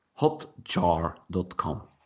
Hotjar.com